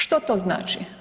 Što to znači?